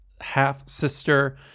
half-sister